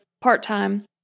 part-time